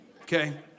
okay